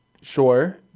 sure